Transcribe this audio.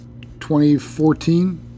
2014